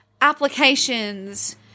applications